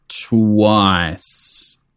twice